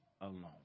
alone